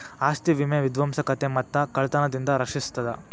ಆಸ್ತಿ ವಿಮೆ ವಿಧ್ವಂಸಕತೆ ಮತ್ತ ಕಳ್ತನದಿಂದ ರಕ್ಷಿಸ್ತದ